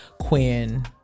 Quinn